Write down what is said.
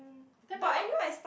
cannot